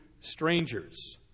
strangers